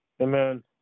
Amen